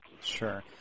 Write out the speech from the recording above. Sure